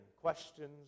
questions